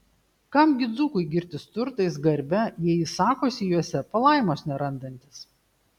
kam gi dzūkui girtis turtais garbe jei jis sakosi juose palaimos nerandantis